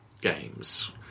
games